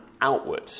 outward